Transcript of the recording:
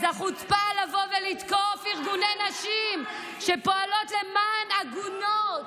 אז החוצפה לבוא ולתקוף ארגוני נשים שפועלים למען עגונות,